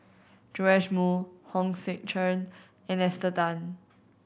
Joash Moo Hong Sek Chern and Esther Tan